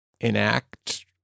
enact